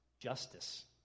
justice